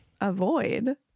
avoid